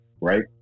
Right